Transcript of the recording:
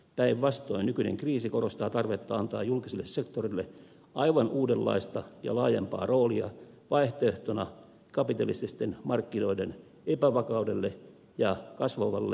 päinvastoin nykyinen kriisi korostaa tarvetta antaa julkiselle sektorille aivan uudenlaista ja laajempaa roolia vaihtoehtona kapitalististen markkinoiden epävakaudelle ja kasvavalle eriarvoisuudelle